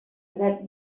that